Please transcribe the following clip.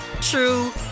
true